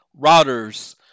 routers